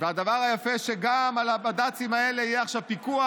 הדבר היפה זה שגם על הבד"צים האלה יהיה עכשיו פיקוח,